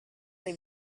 dai